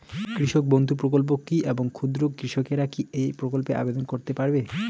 কৃষক বন্ধু প্রকল্প কী এবং ক্ষুদ্র কৃষকেরা কী এই প্রকল্পে আবেদন করতে পারবে?